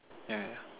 yeah yeah